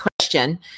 question